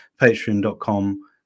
patreon.com